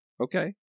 okay